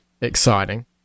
exciting